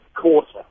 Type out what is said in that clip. quarter